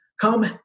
come